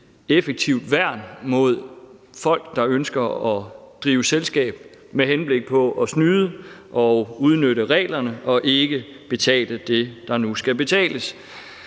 effektivt værn mod folk, der ønsker at drive selskab med henblik på at snyde og udnytte reglerne og ikke betale det, der nu skal betales.